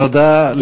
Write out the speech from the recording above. תודה.